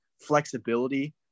flexibility